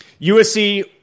USC